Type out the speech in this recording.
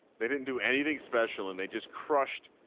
they didn't do anything special. and they just crushed.